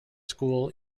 school